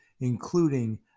including